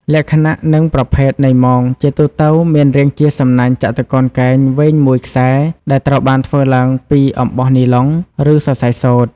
លក្ខណៈនិងប្រភេទនៃមង ជាទូទៅមានរាងជាសំនាញ់ចតុកោណកែងវែងមួយខ្សែដែលត្រូវបានធ្វើឡើងពី អំបោះនីឡុង ឬសរសៃសូត្រ។